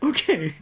Okay